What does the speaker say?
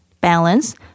balance